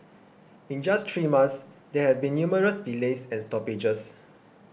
in just three months there have been numerous delays and stoppages